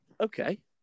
Okay